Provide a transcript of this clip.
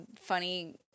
funny